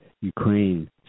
Ukraine